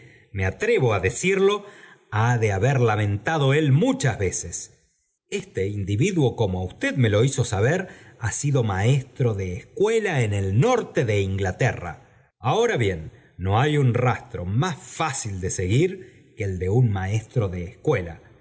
me atrevo á decirlo ha de haberla lamentado él muchas veces este individuo como usted me lo hizo saber ha sido maestro de escuela en el norte de inglaterra ahora bien no trlt i ás i aoü de el de un maestro de escuela